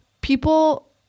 people